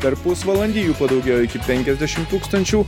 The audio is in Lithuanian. per pusvalandį jų padaugėjo iki penkiasdešim tūkstančių